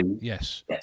yes